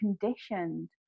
conditioned